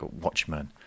Watchmen